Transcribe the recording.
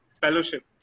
fellowship